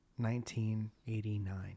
1989